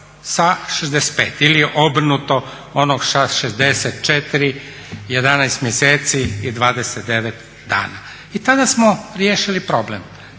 ili obrnuto, onog sa 64 godine 11 mjeseci i 29 dana. I tada smo riješili problem.